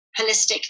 holistic